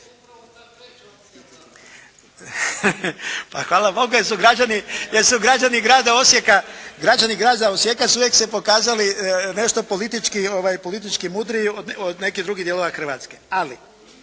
Pa hvala Bogu jer su građani grada Osijeka su uvijek se pokazali nešto politički mudriji od nekih drugih dijelova Hrvatske.